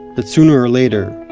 that, sooner or later,